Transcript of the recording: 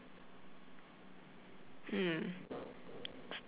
hmm